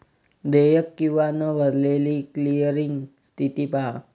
देयक किंवा न भरलेली क्लिअरिंग स्थिती पहा